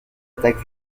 attaque